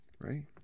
right